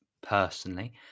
Personally